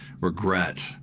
Regret